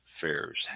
fairs